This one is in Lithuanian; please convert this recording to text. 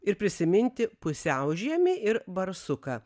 ir prisiminti pusiaužiemį ir barsuką